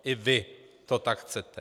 I vy to tak chcete.